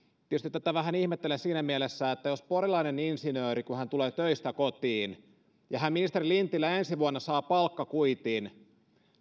tietysti tätä vähän ihmettelen siinä mielessä että porilainen insinööri kun tulee töistä kotiin ja hän ministeri lintilä ensi vuonna saa palkkakuitin